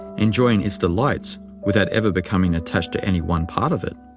enjoying its delights without ever becoming attached to any one part of it.